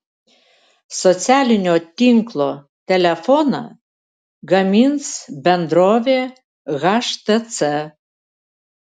socialinio tinklo telefoną gamins bendrovė htc